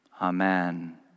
Amen